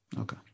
okay